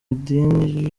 idini